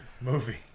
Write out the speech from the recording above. movie